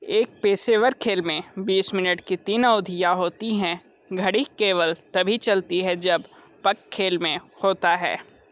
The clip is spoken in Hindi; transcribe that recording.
एक पेशेवर खेल में बीस मिनट की तीन अवधियाँ होती हैं घड़ी केवल तभी चलती है जब पक खेल में होता है